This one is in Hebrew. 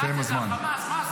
הסתיים הזמן.